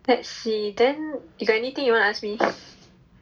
let's see then you got anything you want to ask me